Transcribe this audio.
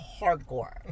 hardcore